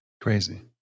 Crazy